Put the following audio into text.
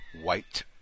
white